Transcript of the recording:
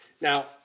Now